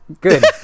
Good